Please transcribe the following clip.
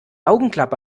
augenklappe